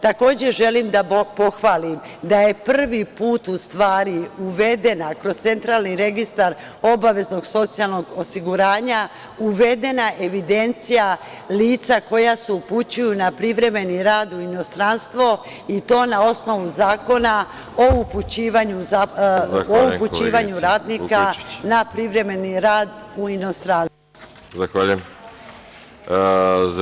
Takođe želim da pohvalim da je prvi put u stvari uvedena, kroz Centralni registar obaveznog socijalnog osiguranja, evidencija lica koja se upućuju na privremeni rad u inostranstvo i to na osnovu Zakona o upućivanju radnika na privremeni rad u inostranstvo.